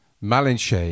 Malinche